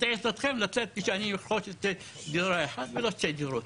את עזרתכם שאני ארכוש דירה אחת ולא שתי דירות.